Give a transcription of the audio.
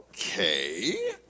Okay